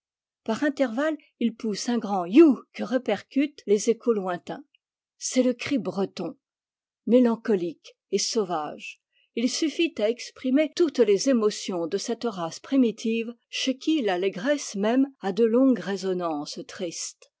par intervalles ils poussent un grand tom que répercutent les échos lointains c'est le cri breton mélancolique et sauvage il suffit à exprimer toutes les émotions de cette race primitive chez qui l'allégresse même a de longues résonances tristes